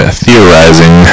theorizing